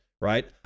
Right